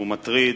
שהוא מטריד,